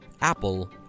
Apple